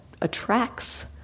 attracts